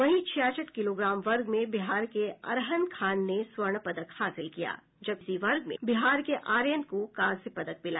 वहीं छियासठ किलोग्राम वर्ग में बिहार के अरहन खान ने स्वर्ण पदक हासिल किया जबकि इसी वर्ग में बिहार के आर्यन को कांस्य पदक मिला